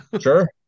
Sure